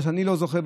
למה שאני לא זוכה,